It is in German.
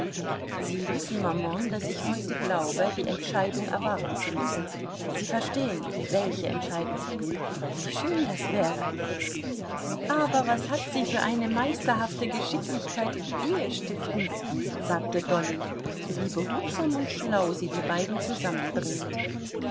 sie wissen maman daß ich heute glaube die entscheidung erwarten zu müssen sie verstehen welche entscheidung wie schön das wäre aber was hat sie für eine meisterhafte geschicklichkeit im ehestiften sagte dolly wie behutsam und schlau sie die beiden zusammenbringt